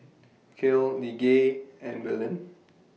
Cale Lige and Belen